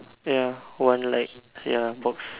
ya one light ya box